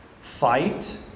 fight